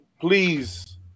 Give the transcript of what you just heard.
please